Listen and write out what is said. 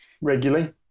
regularly